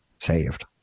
saved